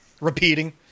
repeating